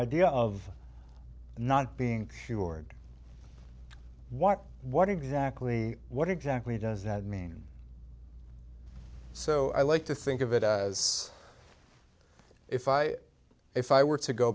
idea of not being cured what what exactly what exactly does that mean so i like to think of it as if i if i were to go